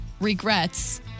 regrets